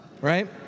right